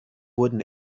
wurden